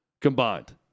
Combined